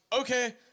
okay